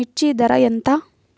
మిర్చి ధర ఎంత?